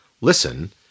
Listen